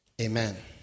Amen